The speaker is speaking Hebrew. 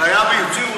הייתה והוציאו.